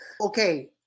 Okay